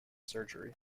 surgery